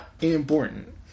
important